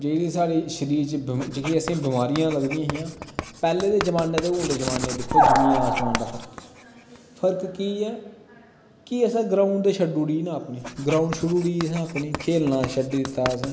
जेह्ड़ी साढ़े शरीर च असेंगी बमारियां लगदियां हां पैह्ले दे जमाने ते हून दे जमाने च दिक्खो जमीन आसमान दा फर्क ऐ फर्क केह् ऐ कि असैं ग्राउंड़ ते शड्डी ओड़ी दी ग्राउंड़ शोड़ी ओड़ी दी असैं अपनी खेलना शड्डी ओड़े दे असैं